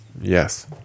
Yes